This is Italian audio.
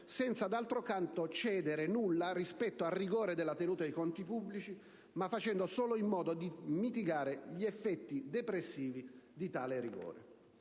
senza d'altro canto cedere alcunché rispetto al rigore della tenuta dei conti pubblici, ma facendo solo in modo di mitigare gli effetti depressivi di tale rigore.